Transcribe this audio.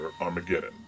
Armageddon